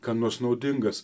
kam nors naudingas